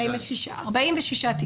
ישנם כ-46 תיקים.